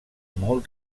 molt